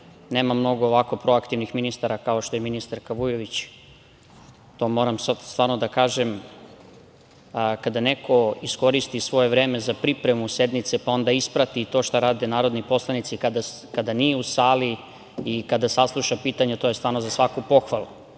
nema mnogo ovako proaktivnih ministara kao što je ministarka Vujović. Kada neko iskoristi svoje vreme za pripremu sednice, pa onda isprati to šta rade narodni poslanici, kada nije u sali i kada sasluša pitanja, to je stvarno za svaku pohvalu.